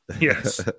Yes